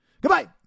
Goodbye